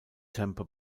tampa